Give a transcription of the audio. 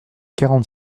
quarante